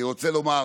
אני רוצה לומר